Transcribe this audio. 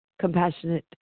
compassionate